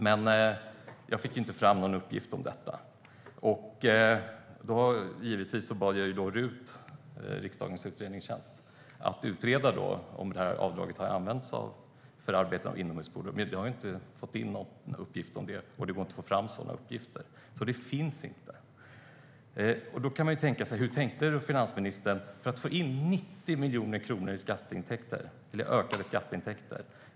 Men jag fick inte fram någon uppgift om det. Då bad jag RUT, riksdagens utredningstjänst, att utreda om det här avdraget har använts till rengöring av inomhuspooler. Men man har inte fått in någon uppgift om det, och det går inte att få fram några sådana uppgifter. Hur tänkte finansministern för att få in 90 miljoner i ökade skatteintäkter?